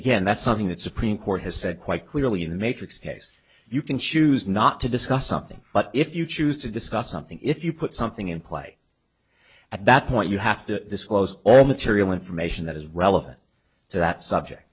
again that's something that supreme court has said quite clearly in a matrix case you can choose not to discuss something but if you choose to discuss something if you put something in play at that point you have to disclose all material information that is relevant to that subject